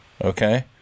okay